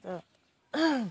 र